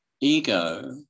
ego